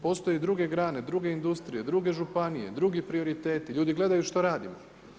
Postoje druge grane, druge industrije, drugo županije, drugi prioriteti, ljudi gledaju što radimo.